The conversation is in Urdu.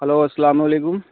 ہلو السلام علیکم